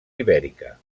ibèrica